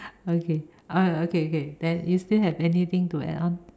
okay okay okay then you still have anything to add on